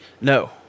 No